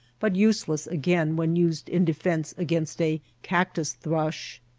but useless again when used in defence against a cactus thrush.